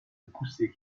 pousser